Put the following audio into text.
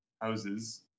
houses